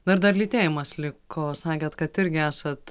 na ir dar lytėjimas liko sakėt kad irgi esat